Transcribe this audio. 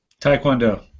Taekwondo